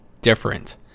different